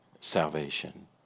salvation